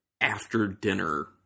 after-dinner